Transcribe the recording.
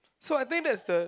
so I think that's the